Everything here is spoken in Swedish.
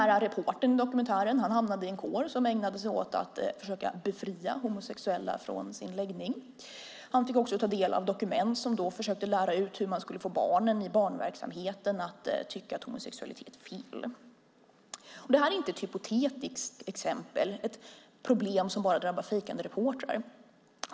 Reportern i dokumentären hamnade i en kår som ägnade sig åt att försöka "befria" homosexuella från deras läggning. Han fick också ta del av dokument som försöker lära ut hur man ska få barnen i barnverksamheten att tycka att homosexualitet är fel. Detta är inte ett hypotetiskt exempel, ett problem som bara drabbar fejkande reportrar.